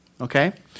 Okay